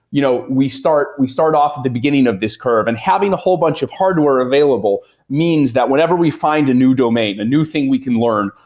you know we start we off at the beginning of this curve, and having a whole bunch of hardware available means that whenever we find a new domain, a new thing we can learn,